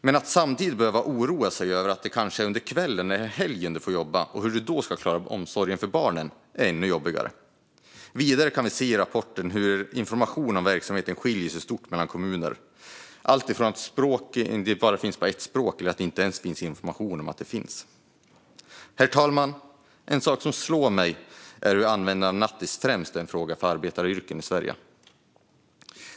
Men att samtidigt behöva oroa sig över att det kanske är under kvällen eller helgen du får jobba och hur du då ska klara omsorgen av barnen är ännu jobbigare. Vidare kan vi se i rapporten hur informationen om verksamheten skiljer sig stort mellan kommuner - alltifrån att informationen bara finns på ett språk till att det inte ens finns någon information om att verksamheten existerar. Herr talman! En sak som slår mig är hur användandet av nattis främst är en fråga för arbetaryrken i Sverige.